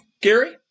Gary